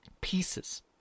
pieces